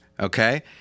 Okay